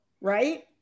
right